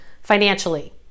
financially